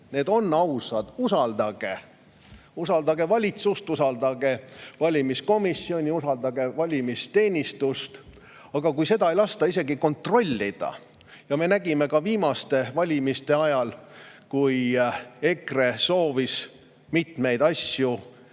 ausad. Usaldage! Usaldage valitsust, usaldage valimiskomisjoni, usaldage valimisteenistust! Aga seda ei lasta isegi kontrollida. Me nägime ka viimaste valimiste ajal, kui EKRE soovis mitmeid asju